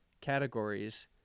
categories